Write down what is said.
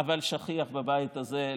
אבל שכיח בבית הזה לפעמים,